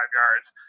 yards